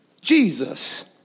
Jesus